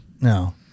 No